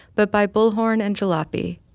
but by bullhorn and jalopy.